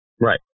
Right